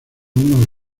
una